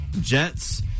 Jets